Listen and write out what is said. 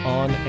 on